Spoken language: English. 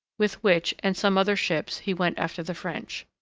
with which, and some other ships, he went after the french.